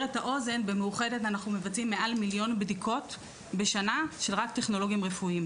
במאוחדת מבוצעות מעל מיליון בדיקות בשנה על ידי טכנולוגים רפואיים.